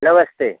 नमस्ते